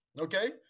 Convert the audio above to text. Okay